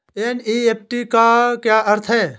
NEFT का अर्थ क्या है?